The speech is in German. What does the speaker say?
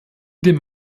dem